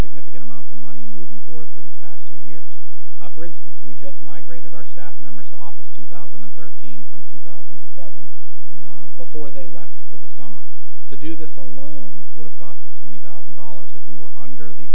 significant amounts of money moving for through these past two years for instance we just migrated our staff members to office two thousand and thirteen from two thousand and seven before they left for the summer to do this alone would have cost us twenty thousand dollars if we were under the